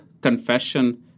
confession